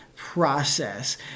Process